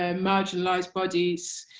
ah marginalised bodies.